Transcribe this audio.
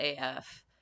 AF